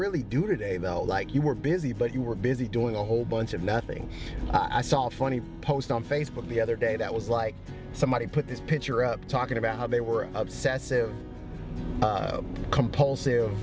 really do today well like you were busy but you were busy doing a whole bunch of nothing but i saw a funny post on facebook the other day that was like somebody put this picture up talking about how they were obsessive compulsive